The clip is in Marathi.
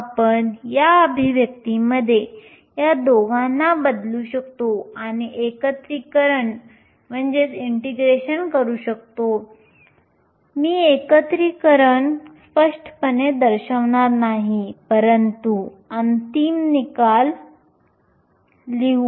आपण या अभिव्यक्तीमध्ये या दोघांना बदलू शकतो आणि एकत्रीकरण इंटिग्रेशन करू शकतो मी एकत्रीकरण इंटिग्रेशन स्पष्टपणे दर्शवणार नाही परंतु अंतिम निकाल लिहू